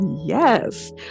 Yes